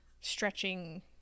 stretching